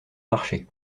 marché